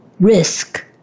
risk